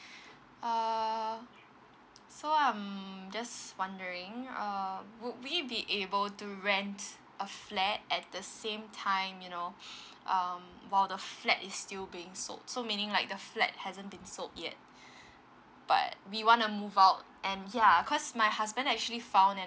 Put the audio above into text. err so I'm just wondering uh would we be able to rent a flat at the same time you know um while the flat is still being sold so meaning like the flat hasn't been sold yet but we wanna move out and ya cause my husband actually found an